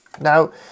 Now